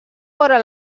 vora